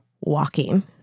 walking